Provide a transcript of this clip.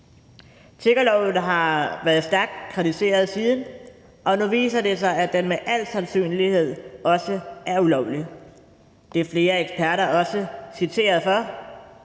Tiggerloven har været stærkt kritiseret siden, og nu viser det sig, at den med al sandsynlighed også er ulovlig – det er flere eksperter også citeret for.